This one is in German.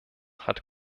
hat